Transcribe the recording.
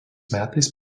metais